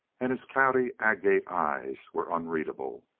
and his cloudy agate eyes were unreadable.